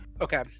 okay